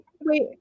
wait